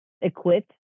equipped